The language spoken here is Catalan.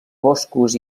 boscos